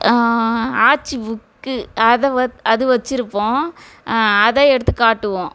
arch book அதை வ அது வச்சுருப்போம் அதை எடுத்து காட்டுவோம்